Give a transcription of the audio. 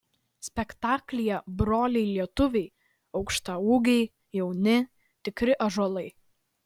spektaklyje broliai lietuviai aukštaūgiai jauni tikri ąžuolai